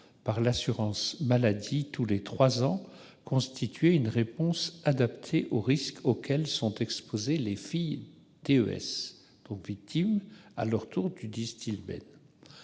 par l'assurance maladie tous les trois ans, constituait une réponse adaptée aux risques auxquels sont exposées les « filles DES », victimes à leur tour du Distilbène.